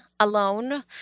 alone